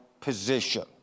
position